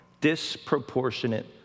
disproportionate